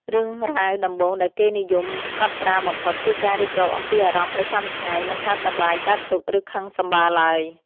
រឿងរ៉ាវដំបូងដែលគេនិយមកត់ត្រាបំផុត គឺការរៀបរាប់អំពីអារម្មណ៍ប្រចាំថ្ងៃ មិនថាសប្បាយ កើតទុក្ខ ឬខឹងសម្បារឡើយ។